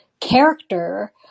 character